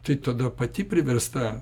tai tada pati priversta